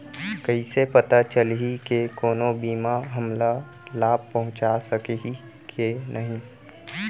कइसे पता चलही के कोनो बीमा हमला लाभ पहूँचा सकही के नही